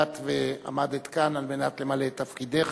באת ועמדת כאן על מנת למלא את תפקידך,